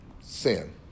sin